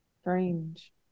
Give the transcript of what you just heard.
Strange